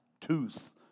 tooth